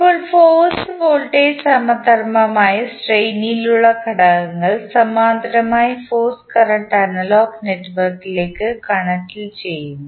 ഇപ്പോൾ force voltage സമധർമ്മമായി ശ്രേണിയിലുള്ള ഘടകങ്ങൾ സമാന്തരമായി ഫോഴ്സ് കറണ്ട് അനലോഗ് നെറ്റ്വർക്കിൽ കണക്റ്റുചെയ്യുന്നു